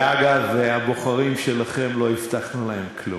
ואגב, הבוחרים שלכם, לא הבטחנו להם כלום.